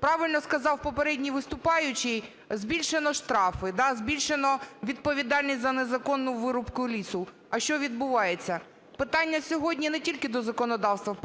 Правильно сказав попередній виступаючий: збільшено штрафи, да, збільшено відповідальність за незаконну вирубку лісу. А що відбувається? Питання сьогодні не тільки до законодавства.